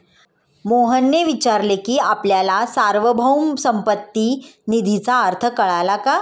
मोहनने विचारले की आपल्याला सार्वभौम संपत्ती निधीचा अर्थ कळला का?